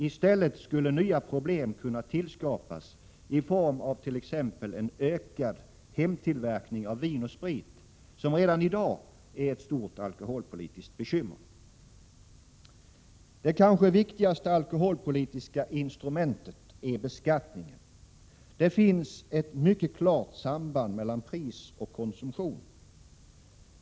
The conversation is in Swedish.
I stället skulle nya problem kunna tillskapas i form av t.ex. en ökad hemtillverkning av vin och sprit, som redan i dag är ett stort alkoholpolitiskt bekymmer. Det kanske viktigaste alkholpolitiska instrumentet är beskattningen. Det finns ett mycket klart samband mellan pris och konsumtion.